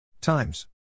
times